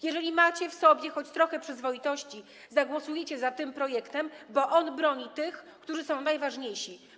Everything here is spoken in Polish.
Jeżeli macie w sobie choć trochę przyzwoitości, zagłosujecie za tym projektem, bo on broni tych, którzy są najważniejsi.